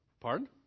Pardon